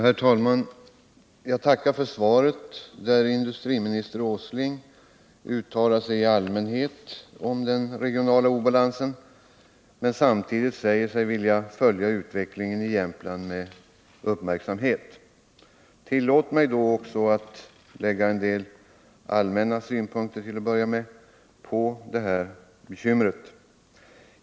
Herr talman! Jag tackar för svaret, där industriminister Åsling uttalar sig i allmänhet om den regionala obalansen men samtidigt säger sig vilja följa utvecklingen i Jämtland med uppmärksamhet. Tillåt mig då att till att börja med lägga fram en del allmänna synpunkter på det här bekymret.